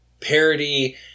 parody